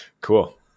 cool